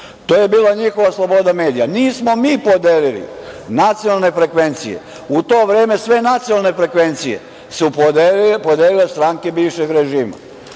To je bila njihova sloboda medija. Nismo mi podelili nacionalne frekvencije. U to vreme sve nacionalne frekvencije su podelile stranke bivšeg režima.